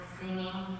singing